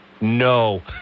No